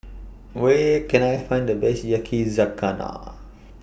Where Can I Find The Best Yakizakana